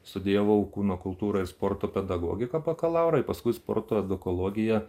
studijavau kūno kultūrą ir sporto pedagogiką bakalaurai paskui sporto edukologiją